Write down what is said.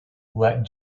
let